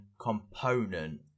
component